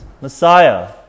messiah